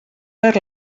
per